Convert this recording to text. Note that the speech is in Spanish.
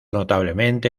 notablemente